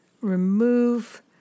remove